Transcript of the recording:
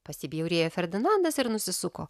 pasibjaurėjo ferdinandas ir nusisuko